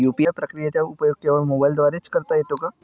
UPI प्रक्रियेचा उपयोग केवळ मोबाईलद्वारे च करता येतो का?